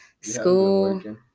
School